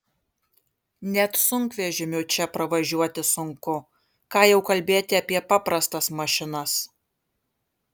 net sunkvežimiu čia pravažiuoti sunku ką jau kalbėti apie paprastas mašinas